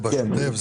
זה בשוטף.